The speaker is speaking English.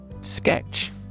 Sketch